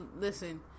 listen